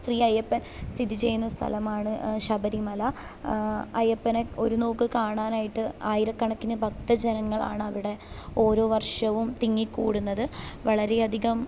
ശ്രീ അയ്യപ്പൻ സ്ഥിതി ചെയ്യുന്ന സ്ഥലമാണ് ശബരിമല അയ്യപ്പനെ ഒരു നോക്ക് കാണാനായിട്ട് ആയിരക്കണക്കിന് ഭക്ത ജനങ്ങളാണവിടെ ഓരോ വർഷവും തിങ്ങിക്കൂടുന്നത് വളരെയധികം